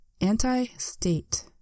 Anti-State